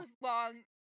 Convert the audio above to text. long